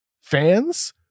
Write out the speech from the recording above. fans